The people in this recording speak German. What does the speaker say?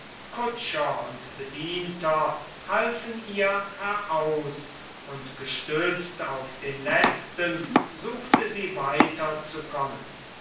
und bedienter halfen ihr heraus und gestützt auf den letzten suchte sie